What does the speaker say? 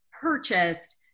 purchased